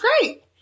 great